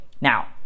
now